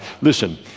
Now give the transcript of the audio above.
Listen